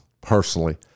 personally